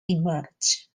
emerge